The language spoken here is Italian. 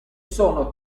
sono